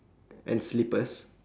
and slippers